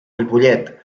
ripollet